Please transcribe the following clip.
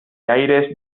aires